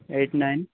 eight nine